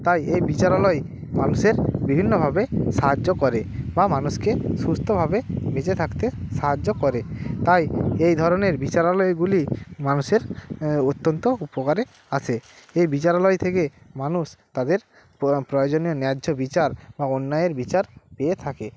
তাই এই বিচারালয় মানুষের বিভিন্নভাবে সাহায্য করে বা মানুষকে সুস্থভাবে বেঁচে থাকতে সাহায্য করে তাই এই ধরনের বিচারালয়গুলি মানুষের অত্যন্ত উপকারে আসে এই বিচারালয় থেকে মানুষ তাদের প্রয়োজনীয় ন্যায্য বিচার বা অন্যায়ের বিচার পেয়ে থাকে